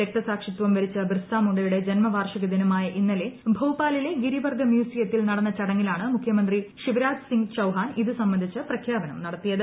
രക്തസാക്ഷിത്വം വരിച്ച ബിർസാ മുണ്ടയുടെ ജന്മവാർഷിക ദിനമായ ഇന്നലെ ഭോപ്പാലിലെ ഗിരിവർഗ്ഗ മ്യൂസിയത്തിൽ നടന്ന ചടങ്ങിലാണ് മുഖ്യമന്ത്രി ശിവരാജ് സിംഗ് ചൌഹാൻ ഇത് സംബന്ധിച്ച് പ്രഖ്യാപനം നടത്തിയത്